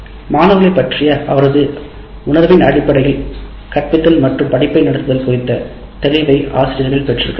மாணவர்களைப் பற்றிய அவரது அவள் உணர்வின் அடிப்படையில் கற்பித்தல் மற்றும் படிப்பை நடத்துதல் குறித்த தெளிவை ஆசிரியர்கள் பெற்றிருக்க வேண்டும்